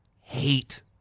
hate